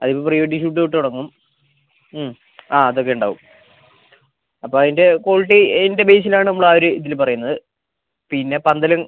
അതിന് മുമ്പ് pre wedding shoot തൊട്ട് തുടങ്ങും ആ അതൊക്കെ ഉണ്ടാവും അപ്പോൾ അതിന്റെ ക്വാളിറ്റി ഏതിന്റെ ബേസിലാണ് ആ ഒരു ഇതിൽ പറയുന്നത് പിന്നെ പന്തലും